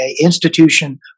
institution